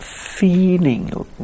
feeling